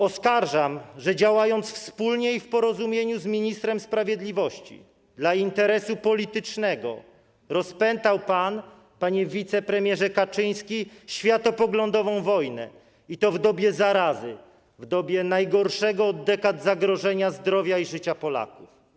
Oskarżam, że działając wspólnie i w porozumieniu z ministrem sprawiedliwości, dla interesu politycznego rozpętał pan, panie wicepremierze Kaczyński, światopoglądową wojnę, i to w dobie zarazy, w dobie najgorszego od dekad zagrożenia zdrowia i życia Polaków.